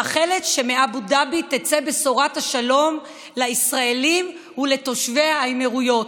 מאחלת שמאבו דאבי תצא בשורת השלום לישראלים ולתושבי האמירויות.